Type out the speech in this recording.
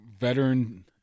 veteran